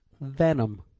Venom